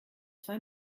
zwei